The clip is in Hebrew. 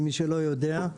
למי שלא יודע,